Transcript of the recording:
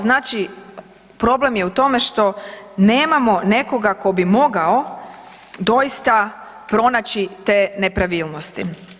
Znači problem je u tome što nemamo nekoga ko bi mogao doista pronaći te nepravilnosti.